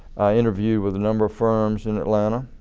i interviewed with a number of firms in atlanta